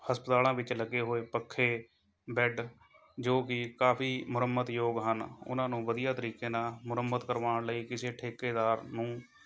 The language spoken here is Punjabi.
ਹਸਪਤਾਲਾਂ ਵਿੱਚ ਲੱਗੇ ਹੋਏ ਪੱਖੇ ਬੈੱਡ ਜੋ ਕਿ ਕਾਫ਼ੀ ਮੁਰੰਮਤਯੋਗ ਹਨ ਉਹਨਾਂ ਨੂੰ ਵਧੀਆ ਤਰੀਕੇ ਨਾਲ਼ ਮੁਰੰਮਤ ਕਰਵਾਉਣ ਲਈ ਕਿਸੇ ਠੇਕੇਦਾਰ ਨੂੰ